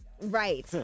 Right